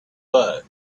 but